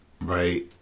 right